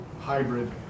hybrid